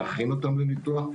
להכין אותם לניתוח,